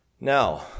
Now